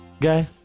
guy